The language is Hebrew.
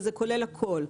וזה כולל הכול.